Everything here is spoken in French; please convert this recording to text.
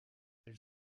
elle